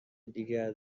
دیگر